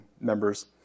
members